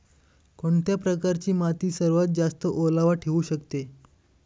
कोणत्या प्रकारची माती सर्वात जास्त ओलावा ठेवू शकते?